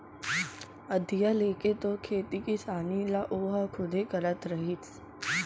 अधिया लेके तो खेती किसानी ल ओहा खुदे करत रहिस